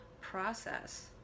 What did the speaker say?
process